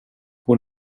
hon